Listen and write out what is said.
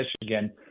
Michigan